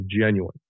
genuine